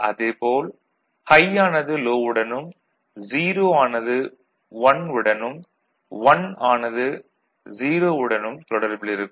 அது போல் ஹை ஆனது லோ வுடனும் 0 ஆனது 1 வுடனும் 1 ஆனது 0 வுடனும் தொடர்பில் இருக்கும்